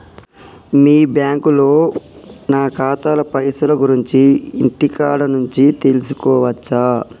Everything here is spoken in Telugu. మీ బ్యాంకులో నా ఖాతాల పైసల గురించి ఇంటికాడ నుంచే తెలుసుకోవచ్చా?